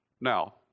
Now